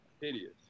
hideous